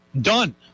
done